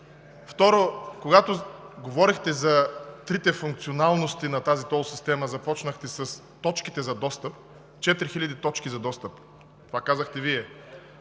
Второ, когато говорехте за трите функционалности на тази тол система, започнахте с точките за достъп – 4 хиляди точки за достъп, това казахте Вие.